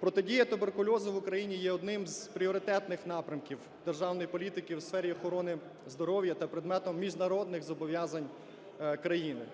Протидія туберкульозу в Україні є одним з пріоритетних напрямків державної політики у сфері охорони здоров'я та предметом міжнародних зобов'язань країни.